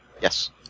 Yes